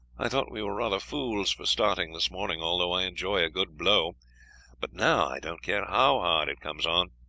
i thought we were rather fools for starting this morning, although i enjoy a good blow but now i don't care how hard it comes on.